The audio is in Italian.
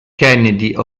kennedy